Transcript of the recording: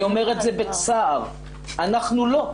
אני אומר את זה בצער אנחנו לא.